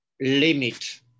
limit